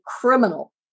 criminal